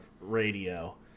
radio